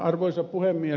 arvoisa puhemies